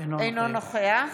אין לכם אלוהים.